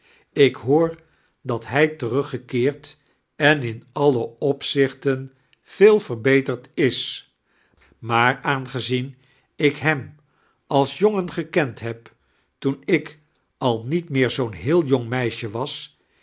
ik ho-or dat hij teruggekeerd en in alle opzichten veel verbeterd ismaar aangezien ik hem als jongen gekend hem toeii ik al niet meer zoo'n heel jong meisje was